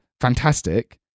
Fantastic